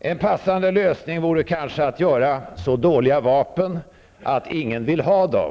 En passande lösning vore kanske att göra så dåliga vapen att ingen vill ha dem.